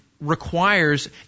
requires